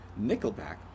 Nickelback